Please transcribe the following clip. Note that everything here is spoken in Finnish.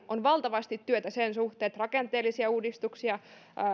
on valtavasti työtä sen suhteen että rakenteellisia uudistuksia